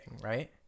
right